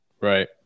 Right